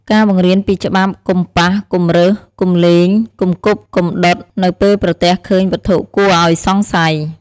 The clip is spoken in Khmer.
ការបង្រៀនពីច្បាប់ កុំប៉ះ កុំរើស កុំលេង កុំគប់ កុំដុត នៅពេលប្រទះឃើញវត្ថុគួរឱ្យសង្ស័យ។